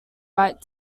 right